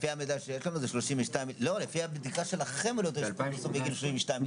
לפי הבדיקה שלכם הם מגיעים ל-32 מיליארד.